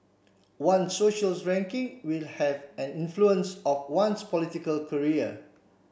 one ranking will have an influence of one's political career